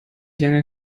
lange